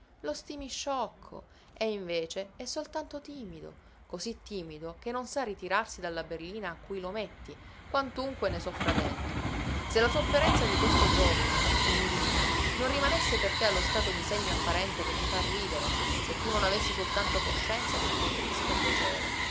lo stimi sciocco e invece è soltanto timido cosí timido che non sa ritrarsi dalla berlina a cui lo metti quantunque ne soffra dentro se la sofferenza di questo giovine o mirina non rimanesse per te allo stato di segno apparente che ti fa ridere se tu non avessi soltanto coscienza del tuo tristo piacere